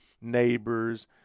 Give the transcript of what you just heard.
neighbors